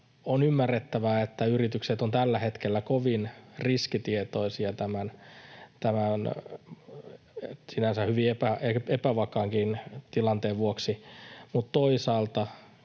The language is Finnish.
on ymmärrettävää, että yritykset ovat tällä hetkellä kovin riskitietoisia tämän sinänsä hyvin epävakaankin tilanteen vuoksi, mutta toisaalta